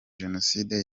jenoside